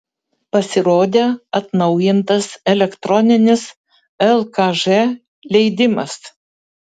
pasirodė atnaujintas elektroninis lkž leidimas